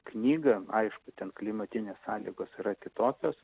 knygą aišku ten klimatinės sąlygos yra kitokios